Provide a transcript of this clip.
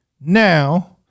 now